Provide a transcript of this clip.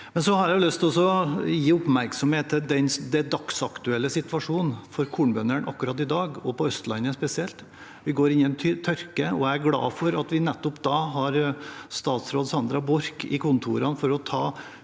til å gi oppmerksomhet til den dagsaktuelle situasjonen for kornbønde ne akkurat i dag og på Østlandet spesielt. Vi går inn i en tørke. Jeg er glad for at vi da har statsråd Sandra Borch i kontorene for å